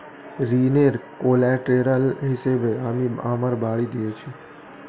ঋনের কোল্যাটেরাল হিসেবে আমি আমার বাড়ি দিয়েছি